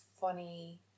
funny